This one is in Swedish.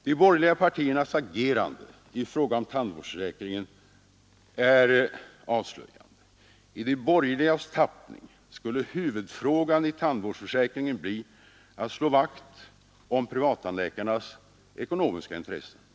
De borgerliga partiernas agerande i fråga om tandvårdsförsäkringen är avslöjande. I de borgerligas tappning skulle huvudfrågan i tandvårdsförsäkringen vara att slå vakt om privattandläkarnas ekonomiska intressen.